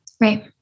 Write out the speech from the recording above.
Right